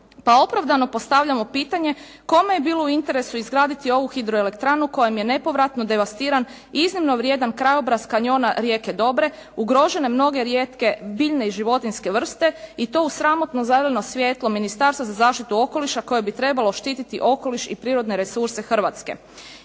pa opravdano postavljamo pitanje kome je bilo u interesu izraditi ovu hidroelektranu kojom je nepovratno devastiran iznimno vrijedan krajobraz kanjona rijeke Dobre, ugrožene mnoge rijetke biljne i životinjske vrste i to uz sramotno zeleno svjetlo Ministarstva za zaštitu okoliša koje bi trebalo štititi okoliš i prirodne resurse Hrvatske.